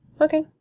Okay